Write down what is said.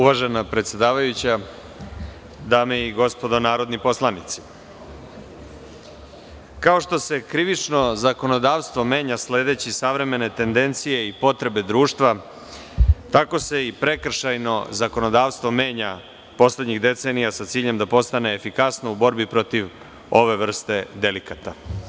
Uvažena predsedavajuća, dame i gospodo narodni poslanici, kao što se krivično zakonodavstvo menja sledeći savremene tendencije i potrebe društva, tako se i prekršajno zakonodavstvo menja poslednjih decenija sa ciljem da postane efikasno u borbi protiv ove vrste delikata.